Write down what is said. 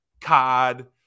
cod